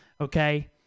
okay